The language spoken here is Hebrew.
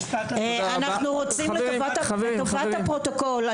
אנחנו רוצים לטובת הפרוטוקול.